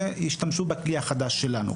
ישתמשו בכלי החדש שלנו.